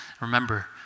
Remember